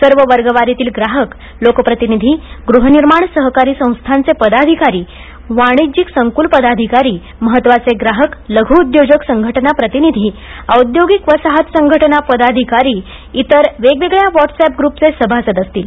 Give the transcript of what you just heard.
सर्व वर्गवारीतील ग्राहक लोकप्रतिनिधी गृहनिर्माण सहकारी संस्थांचे पदाधिकारी वाणिज्यिक संकूल पदाधिकारी महत्वाचे ग्राहक लघुउद्योजक संघटना प्रतिनिधी औद्योगिक वसाहत संघटना पदाधिकारी इतर वेगवेगळ्या व्हॉट्सअँप ग्रुपचे सभासद असतील